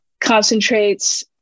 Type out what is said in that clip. Concentrates